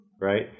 right